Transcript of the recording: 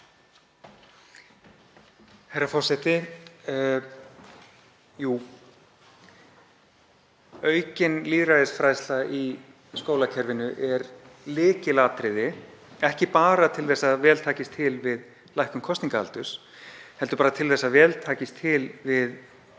Herra forseti. Jú, aukin lýðræðisfræðsla í skólakerfinu er lykilatriði, ekki bara til þess að vel takist til við lækkun kosningaaldurs heldur til þess að vel takist til við